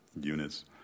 units